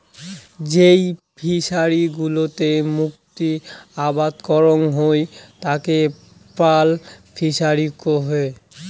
যেই ফিশারি গুলোতে মুক্ত আবাদ করাং হই তাকে পার্ল ফিসারী কুহ